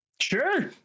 sure